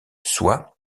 soie